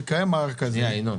וקיים מערך כזה.